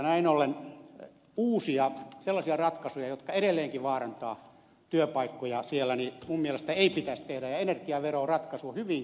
näin ollen uusia sellaisia ratkaisuja jotka edelleenkin vaarantavat työpaikkoja siellä minun mielestäni ei pitäisi tehdä ja energiaveroratkaisu on hyvin kyseenalainen